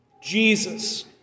Jesus